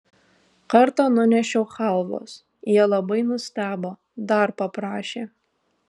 kartą nunešiau chalvos jie labai nustebo dar paprašė